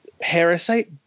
Parasite